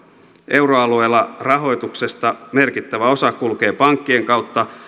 euroalueella rahoituksesta merkittävä osa kulkee pankkien kautta